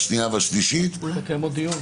השנייה והשלישית --- לקיים עוד דיון.